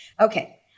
okay